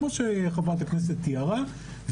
כמו שחברת הכנסת תיארה,